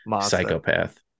psychopath